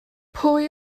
pwy